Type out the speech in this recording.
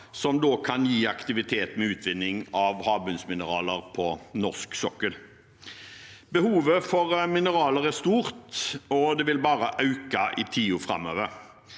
som kan gi aktivitet med utvinning av havbunnsmineraler på norsk sokkel. Behovet for mineraler er stort, og det vil bare øke i tiden framover.